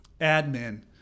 admin